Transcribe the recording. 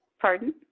Pardon